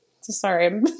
sorry